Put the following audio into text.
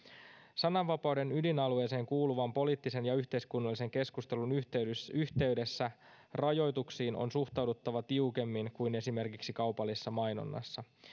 sananvapauden ydinalueeseen kuuluvan poliittisen ja yhteiskunnallisen keskustelun yhteydessä rajoituksiin on suhtauduttava tiukemmin kuin esimerkiksi kaupallisessa mainonnassa